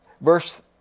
Verse